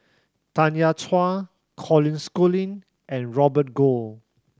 Tanya Chua Colin Schooling and Robert Goh